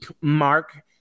Mark